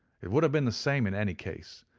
it would have been the same in any case,